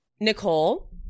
nicole